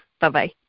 Bye-bye